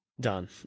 done